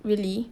really